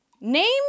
Name